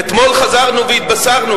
"אתמול חזרנו והתבשרנו",